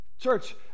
church